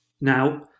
now